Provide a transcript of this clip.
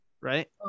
right